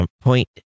point